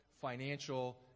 financial